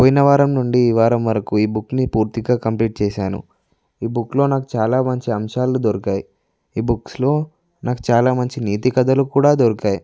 పోయిన వారం నుండి ఈ వారం వరకు ఈ బుక్ని పూర్తిగా కంప్లీట్ చేశాను ఈ బుక్లో నాకు చాలా మంచి అంశాలు దొరికాయి ఈ బుక్స్లో నాకు చాలా మంచి నీతి కథలు కూడా దొరికాయి